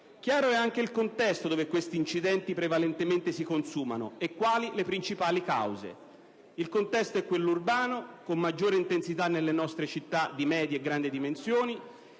chiari anche il contesto in cui questi incidenti prevalentemente si consumano e le principali cause. Il contesto è quello urbano, soprattutto nelle nostre città di medie e grandi dimensioni;